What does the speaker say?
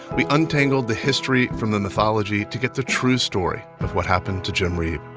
we untangled the history from the mythology to get the true story of what happened to jim reeb